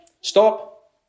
stop